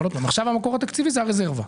עכשיו המקור התקציבי הוא הרזרבה.